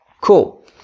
Cool